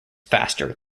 faster